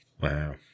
Wow